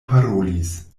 parolis